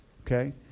Okay